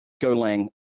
Golang